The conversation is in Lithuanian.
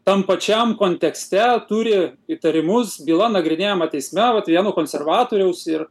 tam pačiam kontekste turi įtarimus byla nagrinėjama teisme vat vieno konservatoriaus ir